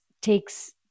takes